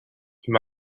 you